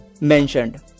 mentioned